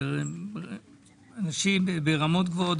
אנשים ברמות גבוהות,